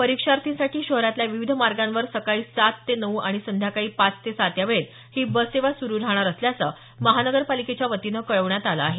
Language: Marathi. परीक्षार्थींसाठी शहरातल्या विविध मार्गांवर सकाळी सात ते नऊ आणि संध्याकाळी पाच ते सात यावेळेत ही बससेवा सुरु राहणार असल्याचं महापालिकेच्या वतीनं कळवण्यात आलं आहे